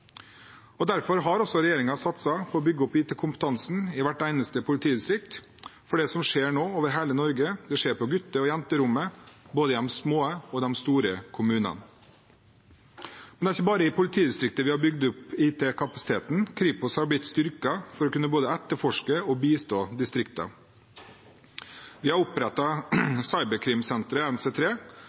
Derfor har også regjeringen satset på å bygge opp IT-kompetansen i hvert eneste politidistrikt, for det som skjer nå over hele Norge, det skjer på gutte- og jenterommet både i de små og i de store kommunene. Men det er ikke bare i politidistriktene vi har bygget opp IT-kapasiteten. Kripos har blitt styrket for å kunne både etterforske og bistå distriktene. Vi har